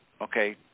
okay